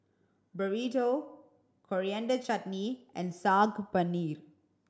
Burrito Coriander Chutney and Saag Paneer